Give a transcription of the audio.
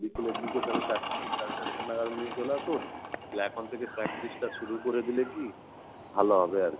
বিকেলের দিকে তাহলে চারটে সাড়ে চারটে নাগাদ নিয়ে চলে আসুন তাহলে এখন থেকে প্র্যাকটিসটা শুরু করে দিলে কী ভালো হবে আর কি